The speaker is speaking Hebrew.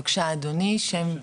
בבקשה, אדוני, שם ותפקיד.